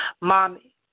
Mommy